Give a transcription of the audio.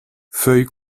feuilles